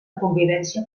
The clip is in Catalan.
convivència